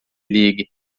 ligue